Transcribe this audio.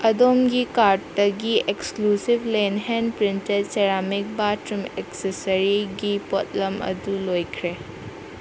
ꯑꯗꯣꯝꯒꯤ ꯀꯥꯔꯠꯇꯒꯤ ꯑꯦꯛꯁꯀ꯭ꯂꯨꯁꯤꯞ ꯂꯦꯟ ꯍꯦꯟ ꯄ꯭ꯔꯤꯟꯇꯦꯠ ꯁꯦꯔꯥꯃꯤꯛ ꯕꯥꯠꯔꯨꯝ ꯑꯦꯛꯁꯦꯁꯔꯤꯒꯤ ꯄꯣꯠꯂꯝ ꯑꯗꯨ ꯂꯣꯏꯈ꯭ꯔꯦ